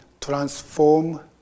transform